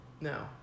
no